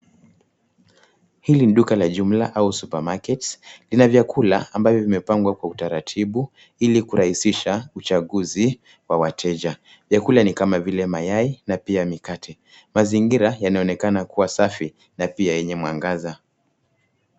Hili duka la jumla au supermarket .Lina vyakula ambavyo vimepangwa kwa utaratibu ili kurahisisha uchaguzi wa wateja. Vyakula ni kama vile mayai na pia mikate. Mazingira yanaonekana kuwa safi na pia yenye mwangaza.